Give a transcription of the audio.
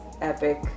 epic